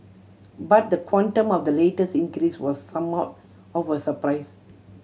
but the quantum of the latest increase was somewhat of a surprise